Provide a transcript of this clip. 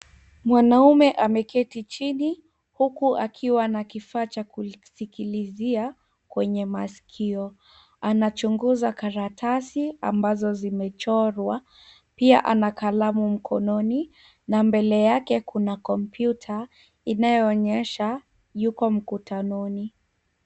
Mwanaume ameketi chini huku akiwa na kifaa cha kusikilizia kwenye masikio. Anachunguza karatasi ambazo zimechorwa. Pia, ana kalamu mkononi na mbele yake kuna kompyuta inayoonyesha yuko mkutanoni.